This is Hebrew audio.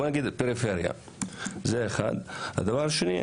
הדבר השני,